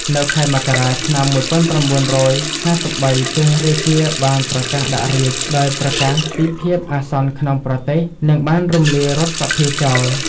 នៅខែមករា ឆ្នាំ ១៩៥៣ ព្រះរាជាបានប្រកាសដាក់រាជ្យ ដោយប្រកាសពីភាពអាសន្នក្នុងប្រទេស និងបានរំលាយរដ្ឋសភាចោល។